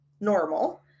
normal